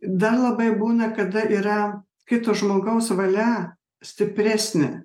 dar labai būna kada yra kito žmogaus valia stipresnė